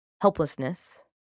helplessness